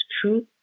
truth